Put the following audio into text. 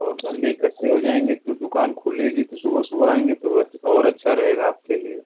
तो बंदे इकट्ठे हो जाएँगे तो दुकान खुलेगी तो सुबह सुबह आएँगे तो बस और अच्छा रहेगा आपके लिए